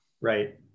Right